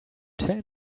tell